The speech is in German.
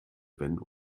wenn